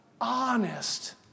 honest